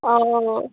অঁ